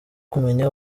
kumenya